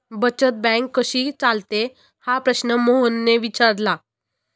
बचत बँक कशी चालते हा प्रश्न मोहनने विचारला?